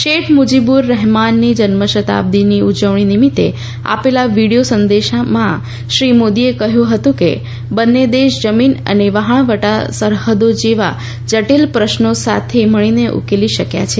શેઠ મુજીબુર રહેમાનની જન્મ સતાબ્દીની ઉજવણી નિમિત્તે આપેલા વિડીયો સંદેશમાં શ્રી મોદીયે કહ્યું હતું કે બંને દેશ જમીન અને વાહણવટ્ટા સરહદો જેવા જટીલ પ્રશ્નો સાથે મળીને ઉકેલી શકથા છે